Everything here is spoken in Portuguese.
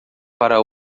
para